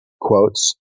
quotes